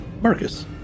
Marcus